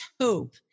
hope